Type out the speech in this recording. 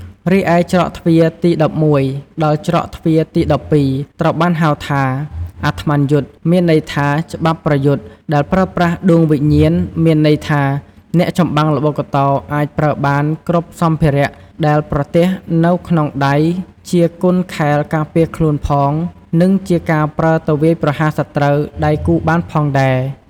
រីឯច្រកទ្វារទី១១ ដល់ច្រកទ្វារទី១២ ត្រូវបានហៅថា "អាត្ម័នយុទ្ធ" មានន័យថា ច្បាប់ប្រយុទ្ធ ដែលប្រើប្រាស់ដួងវិញាណ មានន័យថា អ្នកចម្បាំងល្បុក្កតោអាចប្រើបាន គ្រប់សំភារៈដែលប្រទះនៅក្នុងដៃជាគុនខែលការពារខ្លួនផង និងជាការប្រើទៅវាយប្រហារសត្រូវ ដៃគូបានផងដែរ។